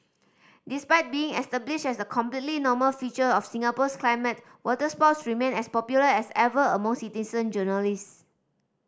despite being established as a completely normal feature of Singapore's climate waterspouts remain as popular as ever among citizen journalist